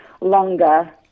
longer